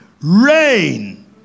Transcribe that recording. Reign